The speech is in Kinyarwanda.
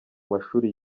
mashuri